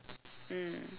mm